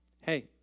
Hey